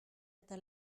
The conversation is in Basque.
eta